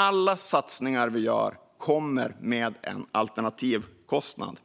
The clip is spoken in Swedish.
Alla satsningar vi gör kommer med en alternativkostnad.